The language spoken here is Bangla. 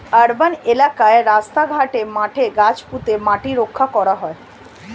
আর্বান এলাকায় রাস্তা ঘাটে, মাঠে গাছ পুঁতে মাটি রক্ষা করা হয়